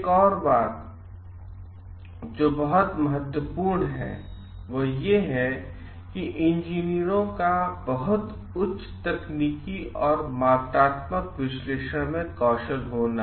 एक और बात जो बहुत महत्वपूर्ण है वह है इंजीनियरों का बहुत उच्च तकनीकी और मात्रात्मक विश्लेषण कौशल होना